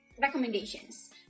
recommendations